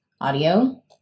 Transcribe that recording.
audio